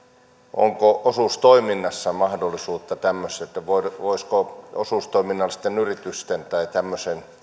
onko osuustoiminnassa mahdollisuutta tämmöiseen voisiko osuustoiminnallisten yritysten tai tämmöisten